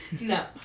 no